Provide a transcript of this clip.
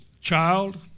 Child